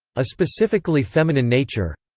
a specifically feminine nature.